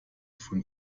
von